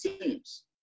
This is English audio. teams